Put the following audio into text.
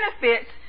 benefits